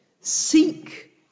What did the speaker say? Seek